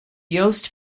yost